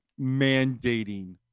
mandating